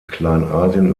kleinasien